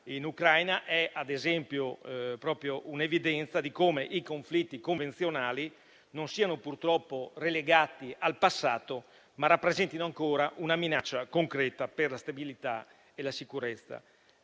in Ucraina, ad esempio, è proprio un'evidenza di come i conflitti convenzionali non siano purtroppo relegati al passato, ma rappresentino ancora una minaccia concreta per la stabilità e la sicurezza